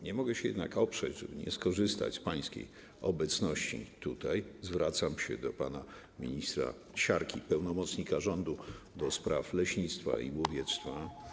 Nie mogę się jednak oprzeć, żeby nie skorzystać z pańskiej obecności tutaj - zwracam się do pana ministra Siarki, pełnomocnika rządu do spraw leśnictwa i łowiectwa.